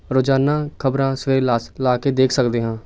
ਰੋਜ਼ਾਨਾ ਖਬਰਾਂ ਸਵੇਰੇ ਲਾਸ ਲਾ ਕੇ ਦੇਖ ਸਕਦੇ ਹਾਂ